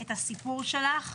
את הסיפור שלך,